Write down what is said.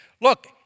Look